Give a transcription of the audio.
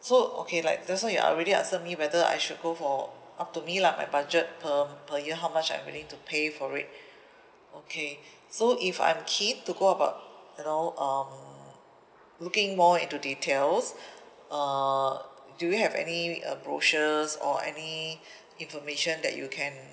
so okay like just now you already answered me whether I should go for up to me lah my budget per per year how much I'm willing to pay for it okay so if I'm keen to go about you know um looking more into details uh do you have any uh brochures or any information that you can